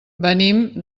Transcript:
venim